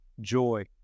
Joy